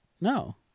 No